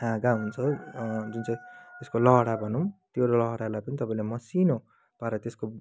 हाँगा हुन्छ जुन चाहिँ यसको लहरा भनौँ त्यो लहरालाई पनि तपाईँले मसिनो पारेर त्यसको